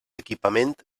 equipament